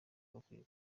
bakwiye